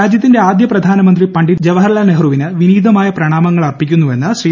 രാജ്യത്തിന്റെ ആദ്യ പ്രധാനമന്ത്രി പണ്ഡിറ്റ് ജവഹർലാൽ നെഹ്റുവിന് വിനീതമായ പ്രണാമങ്ങളർപ്പിക്കുന്നുവെന്ന് ശ്രീ